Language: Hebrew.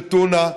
של טונה,